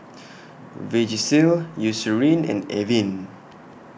Vagisil Eucerin and Avene